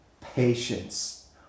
patience